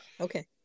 Okay